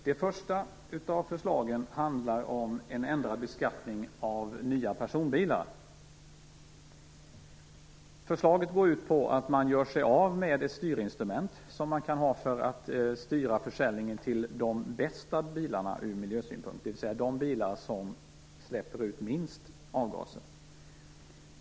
Det första av förslagen handlar om en ändrad beskattning av nya personbilar. Förslaget går ut på att man gör sig av med ett styrinstrument som man kan ha för att styra försäljningen till de ur miljösynpunkt bästa bilarna, dvs. de bilar som släpper ut minst avgaser.